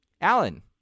Alan